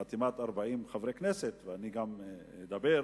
בעקבות חתימת 40 חברי כנסת, וגם אני אדבר,